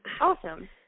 Awesome